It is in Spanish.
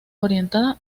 orientada